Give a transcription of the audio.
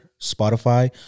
Spotify